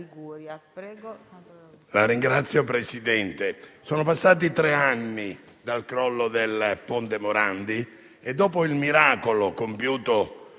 Signor Presidente, sono passati tre anni dal crollo del ponte Morandi e, dopo il miracolo compiuto